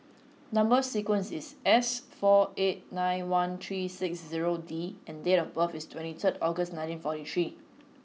number sequence is S four eight nine one three six zero D and date of birth is twenty third August nineteen forty three